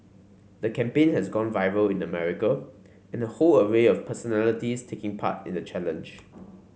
the campaign has gone viral in America in a whole array of personalities taking part in the challenge